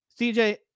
CJ